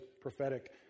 prophetic